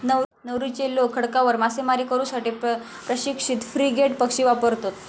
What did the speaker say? नौरूचे लोक खडकांवर मासेमारी करू साठी प्रशिक्षित फ्रिगेट पक्षी वापरतत